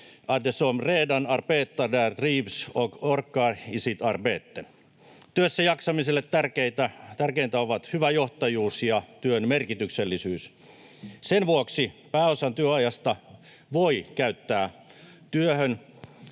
de som redan arbetar där trivs och orkar i sitt arbete. Työssä jaksamiselle tärkeintä ovat hyvä johtajuus ja työn merkityksellisyys. Sen vuoksi pääosan työajasta voi käyttää työhön,